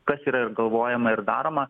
kas yra galvojama ir daroma